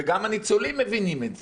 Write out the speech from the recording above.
וגם הניצולים אומרים את זה.